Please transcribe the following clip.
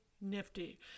nifty